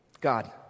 God